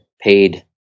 paid